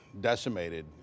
decimated